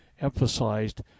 emphasized